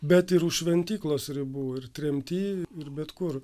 bet ir už šventyklos ribų ir tremty ir bet kur